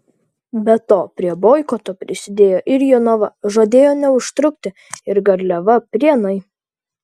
be to prie boikoto prisidėjo ir jonava žadėjo neužtrukti ir garliava prienai